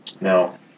No